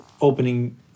opening